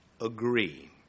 agree